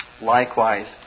likewise